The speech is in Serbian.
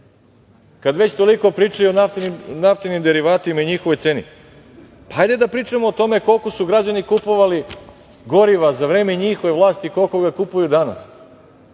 Kada već toliko pričaju o naftnim derivatima i njihovoj ceni, hajde da pričamo o tome koliko su građani kupovali goriva za vreme njihove vlasti i koliko ga kupuju danas.